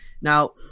Now